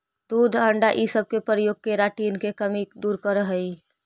दूध अण्डा इ सब के प्रयोग केराटिन के कमी दूर करऽ हई